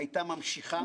בדיוק כפי שתיארתי,